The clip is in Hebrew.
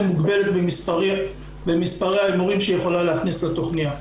מוגבלת במספרי ההימורים שהיא יכולה להכניס לתכניה.